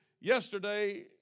Yesterday